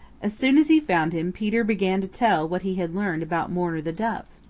as soon as he found him peter began to tell what he had learned about mourner the dove.